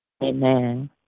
Amen